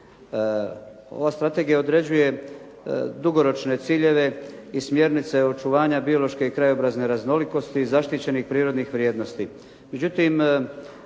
Ova strategija određuje dugoročne ciljeve i smjernice očuvanja biološke i krajobrazne raznolikosti i zaštićenih prirodnih vrijednosti.